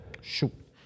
shoot